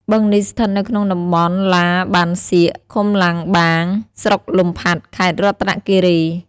បឹងនេះស្ថិតនៅក្នុងតំបន់ឡាបានសៀក ឃុំឡាំងបាង ស្រុកលំផាត់ ខេត្តរតនគិរី។